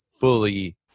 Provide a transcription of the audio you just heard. fully